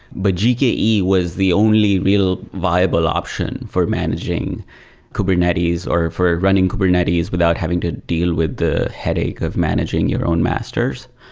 but gke was the only real viable option for managing kubernetes or for running kubernetes without having to deal with the headache of managing your own masters.